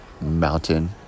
Mountain